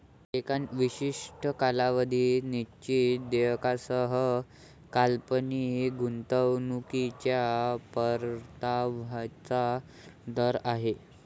एका विशिष्ट कालावधीत निश्चित देयकासह काल्पनिक गुंतवणूकीच्या परताव्याचा दर आहे